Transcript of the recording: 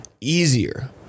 easier